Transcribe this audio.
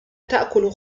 تأكل